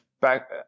back